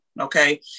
okay